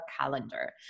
calendar